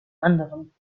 anderen